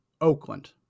Oakland